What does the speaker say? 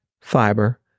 fiber